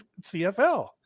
CFL